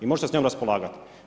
I možete s njom raspolagati.